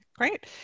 Great